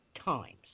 times